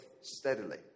steadily